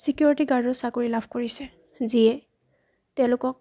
security গাৰ্ডৰ চাকৰি লাভ কৰিছে যিয়ে তেওঁলোকক